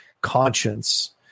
conscience